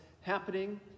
happening